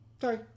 Sorry